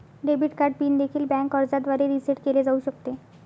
debit card PIN देखील bank अर्जाद्वारे reset केले जाऊ शकते